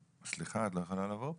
וסליחה את לא יכולה לעבור פה,